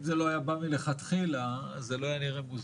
אם זה לא היה בא מלכתחילה אז זה לא היה נראה מוזר.